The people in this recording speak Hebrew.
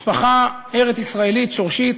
משפחה ארץ-ישראלית שורשית,